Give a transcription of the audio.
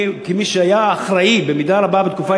כמי שהיה אחראי במידה רבה בתקופה,